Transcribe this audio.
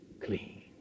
clean